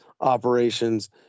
operations